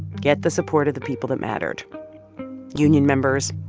get the support of the people that mattered union members,